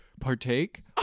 partake